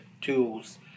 tools